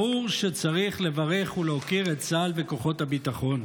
ברור שצריך לברך ולהוקיר את צה"ל וכוחות הביטחון,